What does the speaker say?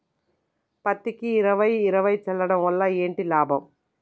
పత్తికి ఇరవై ఇరవై చల్లడం వల్ల ఏంటి లాభం?